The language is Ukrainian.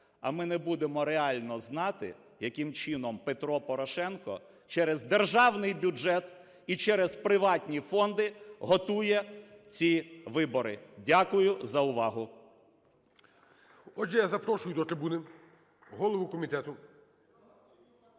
А ми не будемо реально знати, яким чином Петро Порошенко через державний бюджет і через приватні фонди готує ці вибори. Дякую за увагу. ГОЛОВУЮЧИЙ. Отже, я запрошую до трибуни голову комітету